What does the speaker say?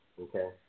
Okay